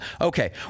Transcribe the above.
Okay